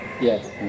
Yes